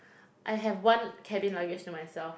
I have one cabin luggage to myself